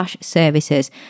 services